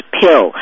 pill